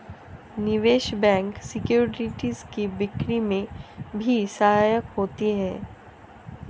निवेश bank securities की बिक्री में भी सहायक होते हैं